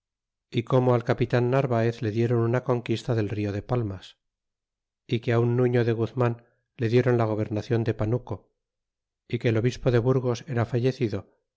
y como al capitan narvaez le dieron una conquista del rio de palmas y que un nufío de guzman le dieron la gobernacion de panuco y que el obispo de burgos era fallecido